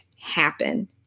happen